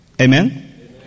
Amen